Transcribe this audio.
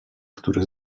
który